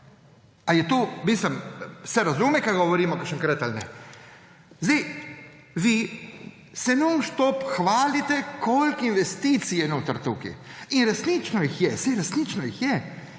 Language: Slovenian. ne? A se razume, kaj govorimo kakšenkrat ali ne? Vi se non stop hvalite, koliko investicij je notri tukaj. Resnično jih je, saj resnično jih je